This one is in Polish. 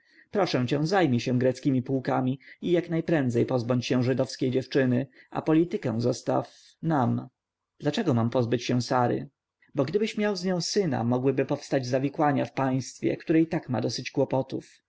proszę cię zajmij się greckiemi pułkami i jak najprędzej pozbądź się żydowskiej dziewczyny a politykę zostaw nam dlaczego mam pozbyć się sary bo gdybyś miał z nią syna mogłyby powstać zawikłania w państwie które i tak ma dość kłopotów